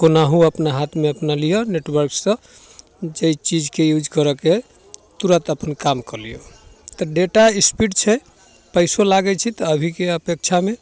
कोनाहु अपना हाथमे अपना लिअऽ नेटवर्कसँ जाहि चीजके यूज करऽके अइ तुरन्त अपन काम कऽ लिऔ तऽ डेटा स्पीड छै पइसो लागै छै तऽ अभीके अपेक्षामे